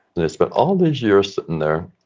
and they spent all these years sitting there.